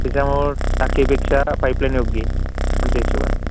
त्याच्यामुळं टाकीपेक्षा पाईपलाईन योग्य आहे आमच्या हिशोबाने